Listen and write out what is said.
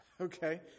Okay